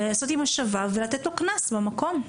לעשות השבה ולתת לו קנס במקום,